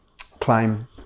claim